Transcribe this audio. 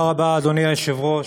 תודה רבה, אדוני היושב-ראש,